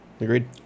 Agreed